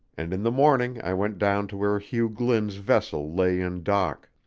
and in the morning i went down to where hugh glynn's vessel lay in dock